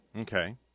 Okay